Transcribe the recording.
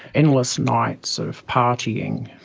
endless nights of partying,